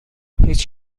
هیچ